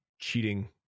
cheating